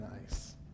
nice